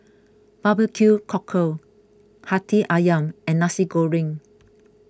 Barbecue Cockle Hati Ayam and Nasi Goreng